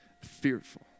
Fearful